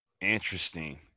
interesting